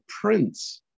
prince